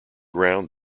ground